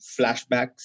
flashbacks